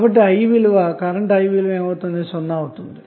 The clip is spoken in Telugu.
కాబట్టి i విలువ సున్నా అవుతుంది